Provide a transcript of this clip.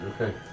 okay